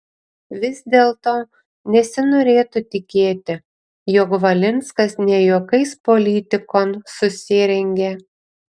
vis dėlto nesinorėtų tikėti jog valinskas ne juokais politikon susirengė